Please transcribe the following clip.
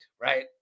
Right